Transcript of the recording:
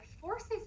forces